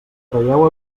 traieu